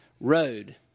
road